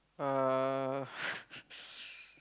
uh